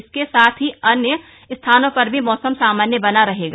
इसके साथ ही अन्य स्थानों पर मौसम सामान्य बना रहेगा